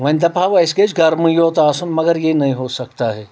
ونۍ دپہٕ ہو اسہِ گژھِ گرمٕے یوت آسُن مگر یہِ نہیں ہوسکتا ہے